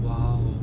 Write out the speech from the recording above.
!wow!